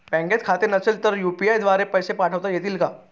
बँकेत खाते नसेल तर यू.पी.आय द्वारे पैसे पाठवता येतात का?